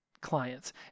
clients